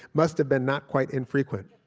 must've been not quite infrequent.